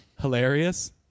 hilarious